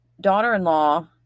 daughter-in-law